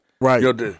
Right